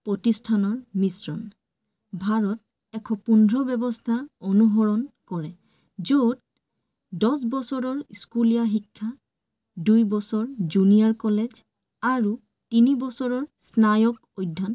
প্ৰতিষ্ঠানৰ মিশ্ৰণ ভাৰত এশ পোন্ধৰ ব্যৱস্থা অনুসৰণ কৰে য'ত দছ বছৰৰ স্কুলীয়া শিক্ষা দুই বছৰ জুনিয়ৰ কলেজ আৰু তিনি বছৰৰ স্নাতক অধ্যয়ন